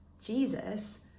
Jesus